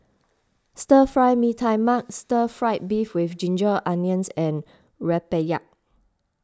Stir Fry Mee Tai Mak Stir Fried Beef with Ginger Onions and Rempeyek